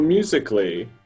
Musically